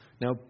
Now